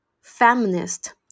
feminist